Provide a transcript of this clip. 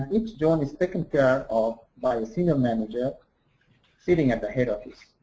each zone is taken care of by a senior manager sitting at the head office.